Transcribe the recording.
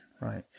right